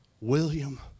William